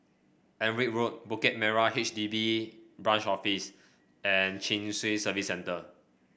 Alnwick Road Bukit Merah H D B Branch Office and Chin Swee Service Centre